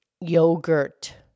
yogurt